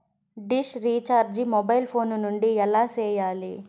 dish recharge mobile phone నుండి ఎలా సేయాలి